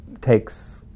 takes